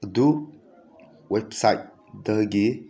ꯑꯗꯨ ꯋꯦꯞꯁꯥꯏꯠꯗꯒꯤ